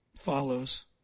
follows